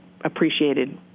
appreciated